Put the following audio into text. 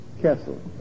castle